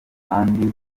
kandi